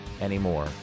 anymore